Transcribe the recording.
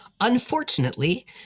Unfortunately